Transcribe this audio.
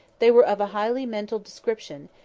they were of a highly mental description,